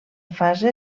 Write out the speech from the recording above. fase